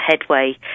headway